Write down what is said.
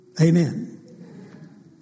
Amen